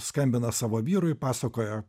skambina savo vyrui pasakoja